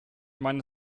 meine